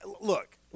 Look